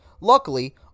Luckily